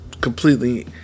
completely